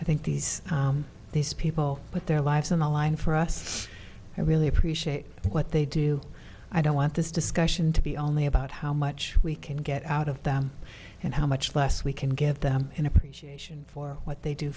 i think these these people put their lives on the line for us i really appreciate what they do i don't want this discussion to be only about how much we can get out of them and how much less we can give them an appreciation for what they do